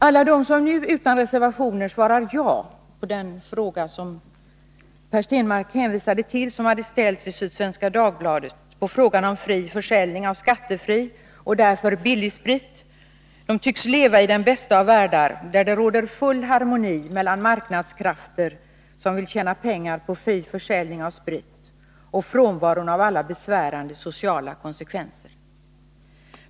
Alla de som utan reservationer har svarat ja på den fråga som Per Stenmarck hänvisade till och som hade ställts i Sydsvenska Dagbladet om fri försäljning av skattefri och därför billig sprit tycks tro sig leva i den bästa av världar, där det råder full harmoni, där marknadskrafterna kan tjäna pengar på fri försäljning av sprit, utan att det medför några besvärande sociala konsekvenser.